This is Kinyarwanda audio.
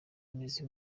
imizi